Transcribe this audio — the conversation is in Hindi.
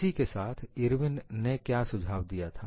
इसी के साथ इरविन ने क्या सुझाव दिया था